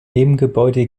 nebengebäude